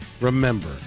remember